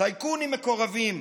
טייקונים מקורבים,